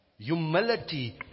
Humility